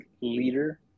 leader